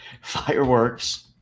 fireworks